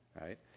Right